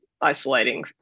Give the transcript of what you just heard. isolating